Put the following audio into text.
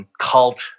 cult